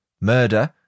Murder